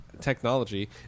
technology